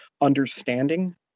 understanding